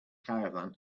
caravan